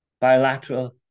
bilateral